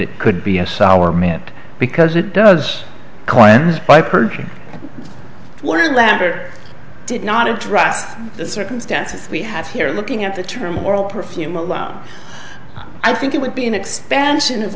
it could be a sour mant because it does coins by purging words that are did not address the circumstances we have here looking at the term moral perfume alone i think it would be an expansion of